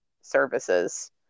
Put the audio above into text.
services